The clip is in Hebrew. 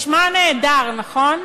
נשמע נהדר, נכון?